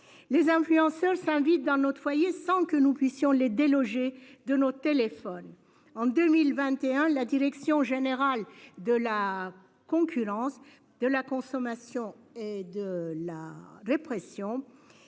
Les influenceurs s'invite dans notre foyer sans que nous puissions les déloger de nos téléphones en 2021 la direction générale de la concurrence de la consommation et de la répression